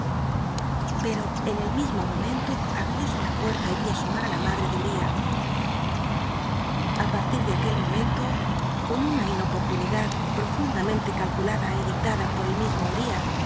per o en el mismo momento abriósc la puerta y vi asomar á la madre de t riah a parlir de aquel momento con una inopor'luniclad profundamente calculada y dictada por el mismo uriah